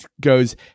goes